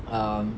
um